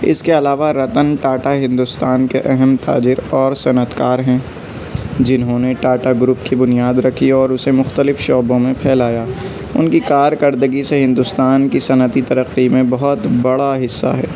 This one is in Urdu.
اس کے علاہ رتن ٹاٹا ہندوستان کے اہم تاجر اور صنعت کار ہیں جنہوں نے ٹاٹا گروپ کی بنیاد رکھی اور اسے مختلف شعبوں میں پھیلایا ان کی کارکردگی سے ہندوستان کی صنعتی ترقی میں بہت بڑا حصہ ہے